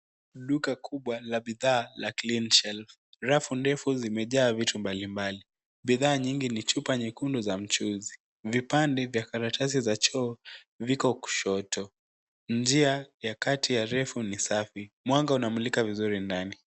Duka kubwa la bidhaa la Cleanshelf. Rafu ndefu zimejaa bidhaa mbalimbali. Bodhaa nyingi ni chupa nyekundu za mchuuzi. Vipande vya karatasi za choo viko kushoto. Njia ya kati ya refu ni safi. Mwanga unamulika vizuri ndani.